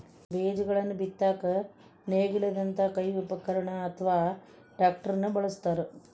ಬೇಜಗಳನ್ನ ಬಿತ್ತಾಕ ನೇಗಿಲದಂತ ಕೈ ಉಪಕರಣ ಅತ್ವಾ ಟ್ರ್ಯಾಕ್ಟರ್ ನು ಬಳಸ್ತಾರ